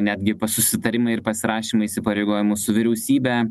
netgi pas susitarimai ir pasirašymai įsipareigojimus su vyriausybe